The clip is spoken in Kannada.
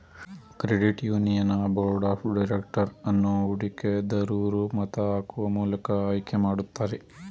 credit union board of director ಅನ್ನು ಹೂಡಿಕೆ ದರೂರು ಮತ ಹಾಕುವ ಮೂಲಕ ಆಯ್ಕೆ ಮಾಡುತ್ತಾರೆ